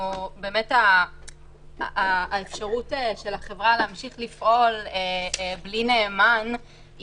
בהתייחס להערה של עו"ד גאון לגבי הצורך בחתימה נוספת על עסקאות מסוימות,